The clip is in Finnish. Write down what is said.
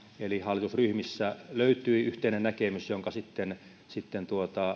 eli hallitusryhmissä löytyi yhteinen näkemys jonka sitten sitten